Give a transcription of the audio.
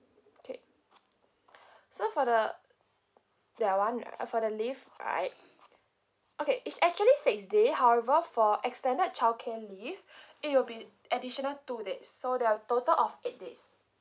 okay so for the that one ri~ uh for the leave right okay it's actually six day however for extended childcare leave it'll be additional two days so there're total of eight days